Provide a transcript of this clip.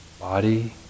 body